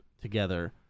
together